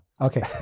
Okay